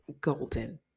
golden